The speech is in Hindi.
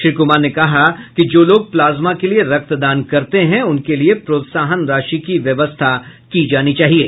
श्री कुमार ने कहा कि जो लोग प्लाज्मा के लिये रक्तदान करते हैं उनके लिये प्रोत्साहन राशि की व्यवस्था की जानी चाहिये